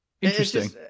Interesting